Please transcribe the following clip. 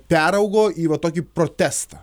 peraugo į va tokį protestą